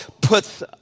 puts